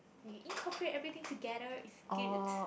when you incorporate everything together is good